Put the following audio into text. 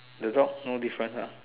the dog no different uh